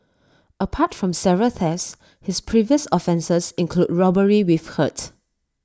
apart from several thefts his previous offences include robbery with hurt